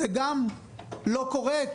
זה גם לא קורה.